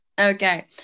Okay